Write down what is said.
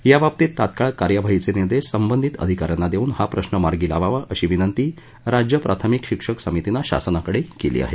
याबाबतीत तात्काळ कार्यवाहीचे निर्देश संबंधित अधिका यांना देऊन हा प्रश्न मार्गी लावावा अशी विनंती राज्य प्राथमिक शिक्षक समितीनं शासनाकडे केली आहे